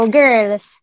girls